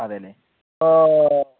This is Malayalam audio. അതേല്ലേ